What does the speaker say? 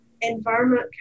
environment